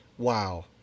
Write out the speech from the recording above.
Wow